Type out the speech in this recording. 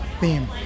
theme